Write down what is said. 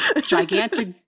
Gigantic